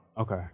Okay